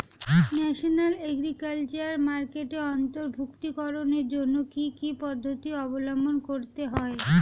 National agriculture মার্কেটে অন্তর্ভুক্তিকরণের জন্য কি কি পদ্ধতি অবলম্বন করতে হয়?